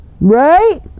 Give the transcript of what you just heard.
Right